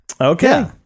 Okay